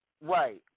right